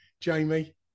Jamie